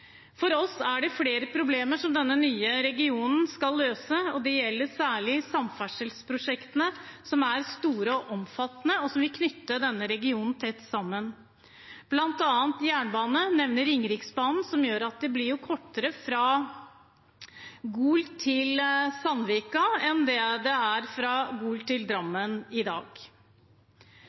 For oss er det flere problemer denne nye regionen skal løse. Det gjelder særlig samferdselsprosjektene, som er store og omfattende, og som vil knytte denne regionen tett sammen, bl.a. jernbanen. Jeg vil nevne Ringeriksbanen, som gjør at det blir kortere fra Gol til Sandvika enn det er fra Gol til Drammen i dag.